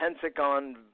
Pentagon